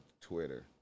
Twitter